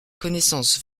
connaissance